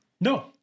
No